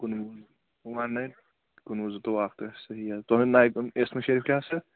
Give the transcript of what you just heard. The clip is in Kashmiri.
کُنوُہ وَن نایِن کُنوُہ زٕتووُہ اَکھ تہٕ صحیح حظ تُہٕنٛدِ نایہِ اِسمِ شریٖف کیٛاہ چھُ حظ